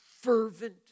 fervent